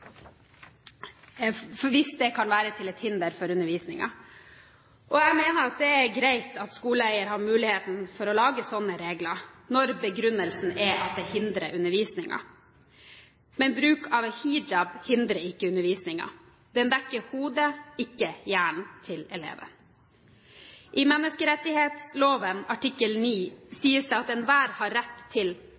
niqab, hvis det kan være til hinder for undervisningen. Jeg mener at det er greit at skoleeier har muligheten til å lage slike regler, når begrunnelsen er at det hindrer undervisningen. Men bruk av hijab hindrer ikke undervisningen, den dekker hodet – ikke hjernen – til eleven. I Menneskerettskonvensjonens artikkel 9 sies det at enhver har rett til